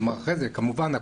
כלומר אחרי זה כמובן,